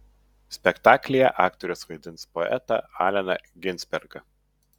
spektaklyje aktorius vaidins poetą alleną ginsbergą